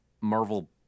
Marvel